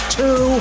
two